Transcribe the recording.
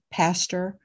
pastor